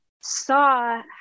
saw